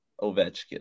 Ovechkin